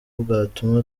bwatuma